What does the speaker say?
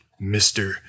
Mr